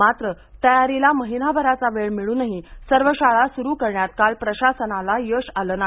मात्र तयारीला महिनाभराचा वेळ मिळूनही सर्व शाळा सुरू करण्यात काल प्रशासनाला यश आलं नाही